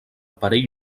parell